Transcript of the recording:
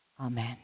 Amen